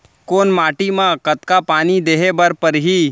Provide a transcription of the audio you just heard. कोन माटी म कतका पानी देहे बर परहि?